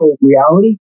reality